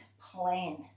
plan